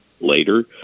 later